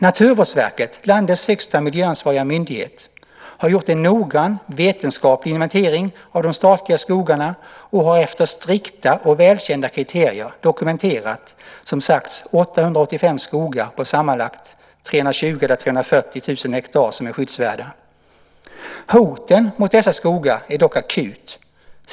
Naturvårdsverket, landets högsta miljöansvariga myndighet, har gjort en noggrann vetenskaplig inventering av de statliga skogarna, och man har efter strikta och välkända kriterier dokumenterat, som sagts, 885 skogar på sammanlagt 320 000 eller 340 000 hektar som är skyddsvärda. Hoten mot dessa skogar är dock akuta.